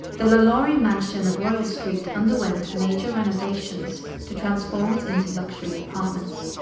the lalaurie mansion of royal street underwent major renovations to transform it into luxury apartments.